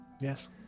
Yes